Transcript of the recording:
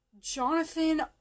Jonathan